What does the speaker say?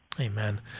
Amen